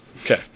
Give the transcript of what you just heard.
Okay